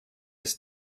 his